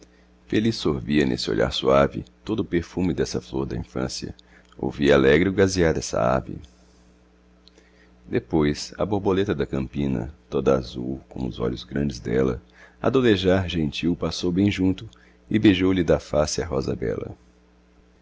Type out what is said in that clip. feliz sorvia nesse olhar suave todo o perfume dessa flor da infância ouvia alegre o gazear dessa ave depois a borboleta da campina toda azul como os olhos grandes dela a doudejar gentil passou bem junto e beijou-lhe da face a rosa bela